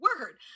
word